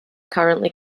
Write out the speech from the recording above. currently